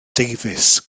davies